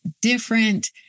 different